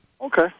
Okay